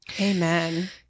Amen